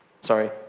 sorry